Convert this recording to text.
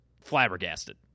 flabbergasted